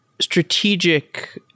strategic